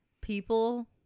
People